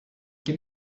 give